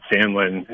Sandlin